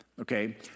Okay